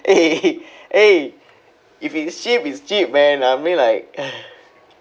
eh eh if it's cheap it's cheap man I mean like